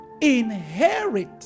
inherit